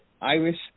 Irish